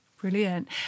Brilliant